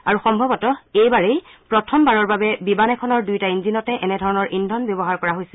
আৰু সম্ভৱত এইবাৰে প্ৰথমবাৰৰ বিমান এখনৰ দুয়োটা ইঞ্জিনতে এনেধৰণৰ ইন্ধন ব্যৱহাৰ কৰা হৈছিল